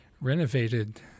renovated